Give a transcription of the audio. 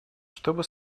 чтобы